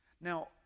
Now